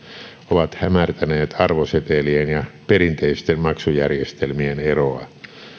ovat hämärtäneet arvosetelien ja perinteisten maksujärjestelmien eroa